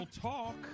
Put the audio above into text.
Talk